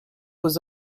was